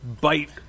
bite